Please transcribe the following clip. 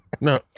No